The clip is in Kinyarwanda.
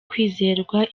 kwizerwa